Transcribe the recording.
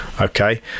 Okay